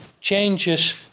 changes